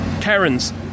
Karen's